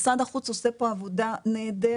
משרד החוץ עושה פה עבודה נהדרת,